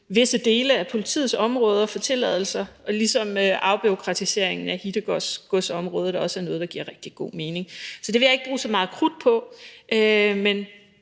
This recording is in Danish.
visse dele af politiets områder for tilladelser, ligesom afbureaukratisering af hittegodsområdet også er noget, der giver rigtig god mening. Så det vil jeg ikke bruge så meget krudt på, men